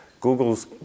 Google's